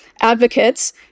advocates